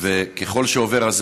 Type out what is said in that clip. ההתנגדות שהתגלתה במהלך